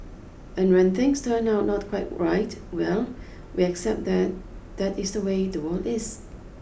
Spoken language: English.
and when things turn out not quite right well we accept that that is the way the world is